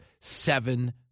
seven